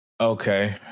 Okay